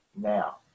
Now